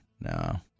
No